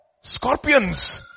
Scorpions